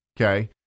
Okay